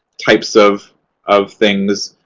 types of of things,